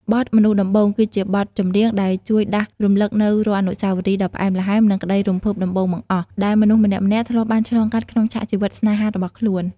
បទ "មនុស្សដំបូង" គឺជាបទចម្រៀងដែលជួយដាស់រំលឹកនូវរាល់អនុស្សាវរីយ៍ដ៏ផ្អែមល្ហែម និងក្តីរំភើបដំបូងបង្អស់ ដែលមនុស្សម្នាក់ៗធ្លាប់បានឆ្លងកាត់ក្នុងឆាកជីវិតស្នេហារបស់ខ្លួន។